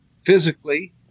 physically